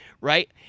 right